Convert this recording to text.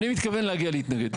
אני מתכוון להגיע להתנגד.